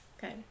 Good